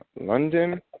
London